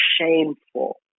shameful